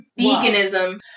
Veganism